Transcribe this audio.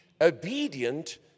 obedient